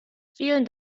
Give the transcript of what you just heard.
vielen